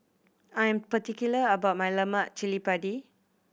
I am particular about my lemak cili padi